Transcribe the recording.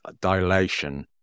dilation